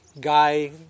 guy